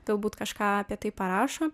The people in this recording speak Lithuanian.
galbūt kažką apie tai parašo